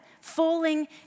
Falling